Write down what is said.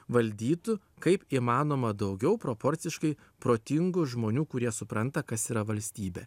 valdytų kaip įmanoma daugiau proporciškai protingų žmonių kurie supranta kas yra valstybė